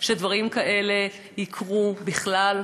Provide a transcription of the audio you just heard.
שדברים כאלה יקרו בכלל,